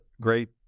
great